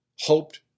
hoped